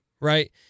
right